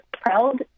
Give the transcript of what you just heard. proud